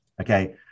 Okay